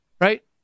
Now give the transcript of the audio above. Right